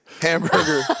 hamburger